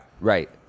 right